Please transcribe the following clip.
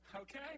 okay